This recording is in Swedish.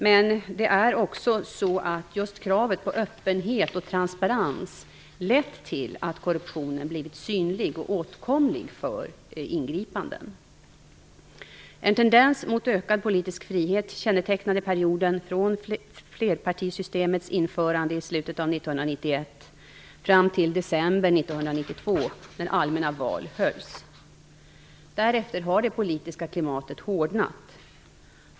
Men det är också så att just kravet på öppenhet och transparens lett till att korruptionen blivit synlig och åtkomlig för ingripanden. En tendens mot ökad politisk frihet kännetecknade perioden från flerpartisystemets införande i slutet av Därefter har det politiska klimatet hårdnat.